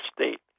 state